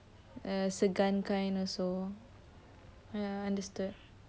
and segan kind also ya understood